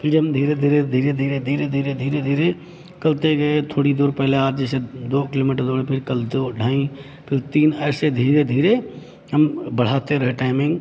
फिर हम धीरे धीरे धीरे धीरे धीरे धीरे धीरे धीरे करते गए थोड़ी दूर पहला आज जैसे दो किलोमीटर कल दो ढाई फिर तीन ऐसे धीरे धीरे हम बढ़ाते रहते हैं टाइमिंग